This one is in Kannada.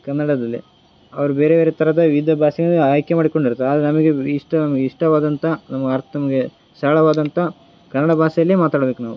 ಕನ್ನಡದಲ್ಲಿ ಅವ್ರು ಬೇರೆ ಬೇರೆ ಥರದ ವಿವಿಧ ಭಾಷೆಯನ್ನು ಆಯ್ಕೆ ಮಾಡಿಕೊಂಡಿರುತ್ತಾರೆ ಆದರೆ ನಮಗೆ ಇಷ್ಟ ನಮ್ಗೆ ಇಷ್ಟವಾದಂಥ ನಮ್ಗೆಅರ್ಥ ನಮಗೆ ಸರಳವಾದಂಥ ಕನ್ನಡ ಭಾಷೆಯಲ್ಲೇ ಮಾತಾಡ್ಬೇಕು ನಾವು